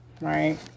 right